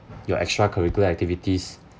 your extra curricular activities